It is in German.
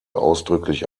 ausdrücklich